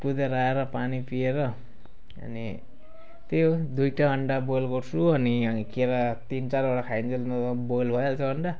कुदेर आएर पानी पिएर अनि त्यही हो दुइटा अन्डा बोयल गर्छु अनि केरा तिन चारवटा खाइन्जेल बोयल भइहाल्छ अन्डा